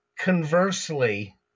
Conversely